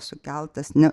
sukeltas ne